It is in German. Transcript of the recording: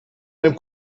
beim